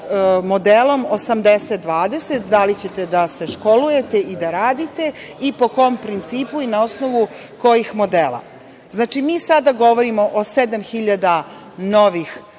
modelom 80-20, da li ćete da se školujete i da radite i po kom principu i na osnovu kojih modela. Mi sada govorimo o 7.000 novih